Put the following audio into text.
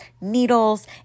needles